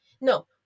no